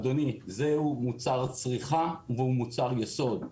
אדוני, זה מוצר צריכה והוא מוצר יסוד.